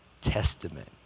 testament